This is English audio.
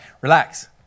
relax